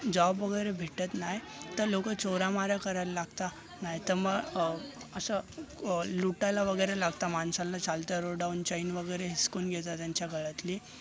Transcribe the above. job वगैरे भेटत नाही तर लोक चोऱ्यामाऱ्या करायला लागतात नाही तर मग असं लुटायला वगैरे लागतात माणसांना चालत्या रोडावरून चैन वगैरे हिसकून घेतात त्यांच्या गळ्यातली